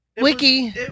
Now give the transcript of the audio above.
wiki